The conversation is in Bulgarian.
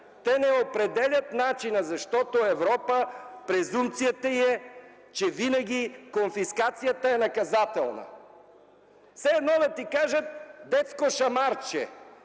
Те не определят начина, защото презумпцията на Европа е, че винаги конфискацията е наказателна. Все едно да ти кажат: детско шамарче.